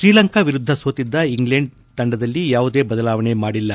ಶ್ರೀಲಂಕಾ ವಿರುದ್ದ ಸೋತಿದ್ದ ಇಂಗ್ಲೆಂಡ್ ತಂಡದಲ್ಲಿ ಯಾವುದೇ ಬದಲಾವಣೆ ಮಾಡಿಲ್ಲ